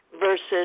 versus